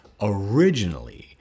originally